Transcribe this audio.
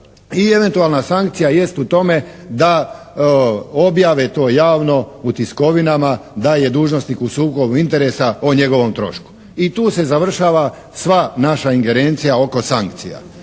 i eventualna sankcija jest u tome da objave to javno u tiskovinama da je dužnosnik u sukobu interesa o njegovom trošku i tu se završava sva naša ingerencija oko sankcija,